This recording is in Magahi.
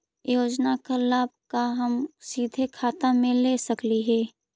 योजना का लाभ का हम सीधे खाता में ले सकली ही?